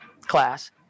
class